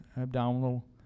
abdominal